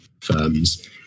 firms